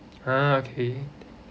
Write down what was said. ha okay